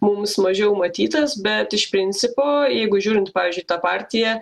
mums mažiau matytas bet iš principo jeigu žiūrint pavyzdžiui tą partiją